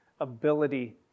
ability